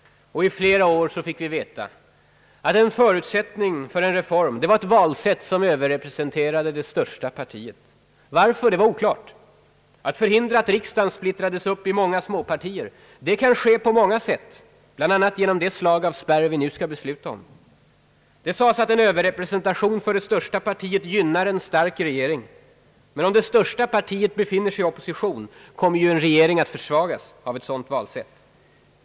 I flera år fick vi veta att en förutsättning för en reform var ett valsätt som överrepresenterade det största par tiet. Varför var oklart. Att förhindra att riksdagen splittrades upp i många småpartier kan ske på många sätt, bl.a. genom det slag av spärr vi nu skall besluta om. Det sades att en överrepresentation för det största partiet gynnar en stark regering — men om det största partiet befinner sig i opposition kommer ju regeringen att försvagas av ett sådant valsätt.